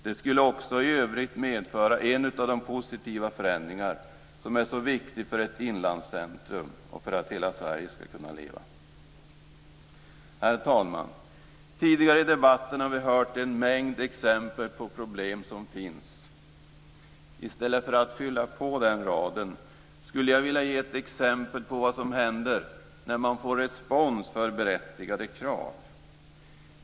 Det skulle också i övrigt medföra en viktig och positiv förändring för ett inlandscentrum. Detta är viktigt för att hela Sverige ska kunna leva. Herr talman! Tidigare i debatten har vi hört en mängd exempel på problem som finns. I stället för att fylla på den raden skulle jag vilja ge ett exempel på vad som händer när man får respons för berättigade krav.